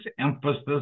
emphasis